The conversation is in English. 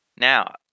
Now